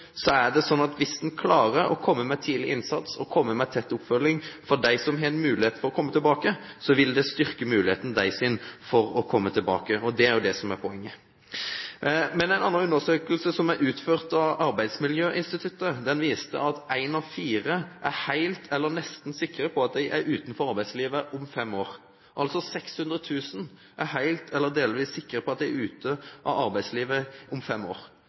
er det sånn at hvis en klarer å komme med tidlig innsats og komme med tett oppfølging for dem som har en mulighet for å komme tilbake, vil det styrke deres mulighet for å komme tilbake. Og det er det som er poenget. En annen undersøkelse som er utført av Arbeidsmiljøinstituttet, viste at én av fire er helt eller nesten sikre på at de vil være utenfor arbeidslivet om fem år – 600 000 er altså helt eller delvis sikre på at de er ute av arbeidslivet om fem år.